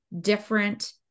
different